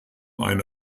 eine